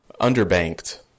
Underbanked